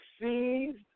seized